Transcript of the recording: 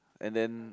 and then